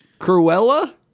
Cruella